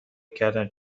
کردم